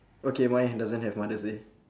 okay mine doesn't have mother's day